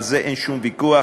על זה אין שום ויכוח,